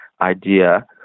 idea